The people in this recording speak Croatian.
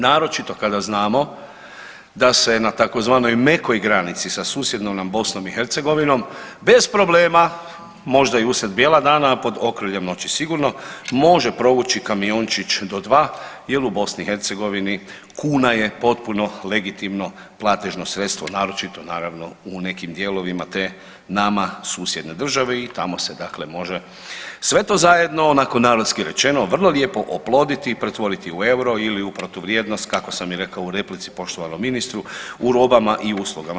Naročito kada znamo da se na tzv. mekoj granici sa susjednom nam BiH bez problema možda i usred bijela dana, a pod okriljem noći sigurno može provući kamiončić do dva jer u BiH kuna je potpuno legitimno platežno sredstvo naročito naravno u nekim dijelovima te nama susjedne države i tamo se dakle može sve to zajedno onako narodski rečeno vrlo lijepo oploditi i pretvoriti u euro ili u protuvrijednost kako sam i rekao u replici poštovanom ministru u robama i uslugama.